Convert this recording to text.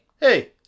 hey